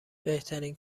بهترین